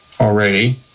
already